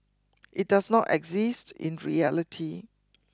it does not exist in reality